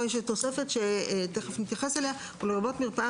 פה יש תוספת שתכף נתייחס אליה: "לרבות מרפאה